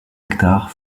hectares